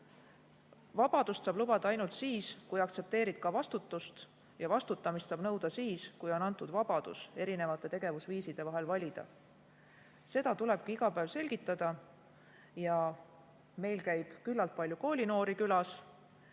Vabadust saab lubada ainult siis, kui aktsepteerida vastutust, ja vastutamist saab nõuda siis, kui on antud vabadus tegevusviiside vahel valida. Seda tulebki iga päev selgitada. Meil käib külas küllaltki palju koolinoori ja